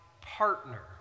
partner